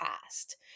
past